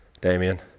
Damien